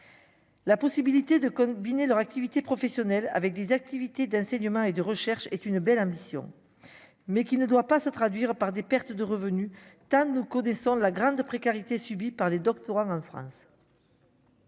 La possibilité de combiner leur activité professionnelle avec des activités d'enseignement et de recherche est une belle ambition, mais qui ne doit pas se traduire par des pertes de revenus, nous connaissons la grande précarité subie par les doctorants en France.